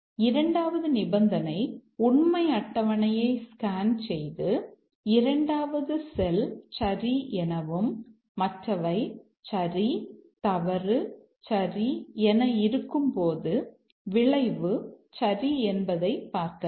இரண்டாவது நிபந்தனை உண்மை அட்டவணையை ஸ்கேன் செய்து இரண்டாவது செல் சரி எனவும் மற்றவை சரி தவறு சரி என இருக்கும்போது விளைவு சரி என்பதைக் பார்க்கலாம்